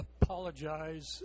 apologize